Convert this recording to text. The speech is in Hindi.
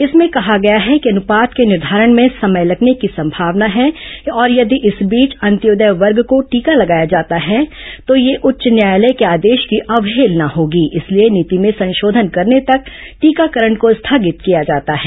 इसमें कहा गया है कि अनुपात के निर्धारण में समय लगने की संभावना है और यदि इस बीच अंत्योदय वर्ग को टीका लगाया जाता है तो यह उच्च न्यायालय के आदेश की अवहेलना होगी इसीलिए नीति में संशोधन करने तक टीकाकरण को स्थगित किया जाता है